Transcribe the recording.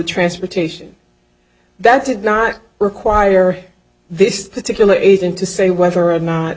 transportation that did not require this particular agent to say whether or not